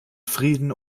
frieden